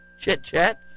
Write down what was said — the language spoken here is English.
chit-chat